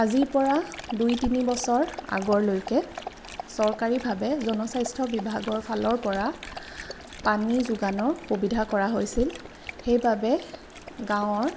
আজিৰ পৰা দুই তিনি বছৰ আগলৈকে চৰকাৰীভাৱে জনস্বাস্থ্য বিভাগৰ ফালৰ পৰা পানী যোগানৰ সুবিধা কৰা হৈছিল সেইবাবে গাঁৱৰ